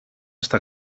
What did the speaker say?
στα